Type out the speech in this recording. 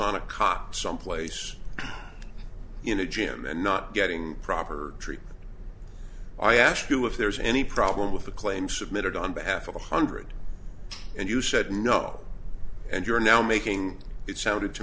on a cop someplace in a gym and not getting proper treatment i ask you if there's any problem with the claim submitted on behalf of a hundred and you said no and you're now making it sounded to